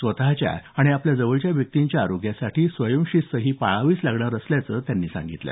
स्वतच्या आणि आपल्या जवळच्या व्यक्तींच्या आरोग्यासाठी स्वयंशिस्त ही पाळावीच लागणार असल्याचं त्यांनी सांगितलं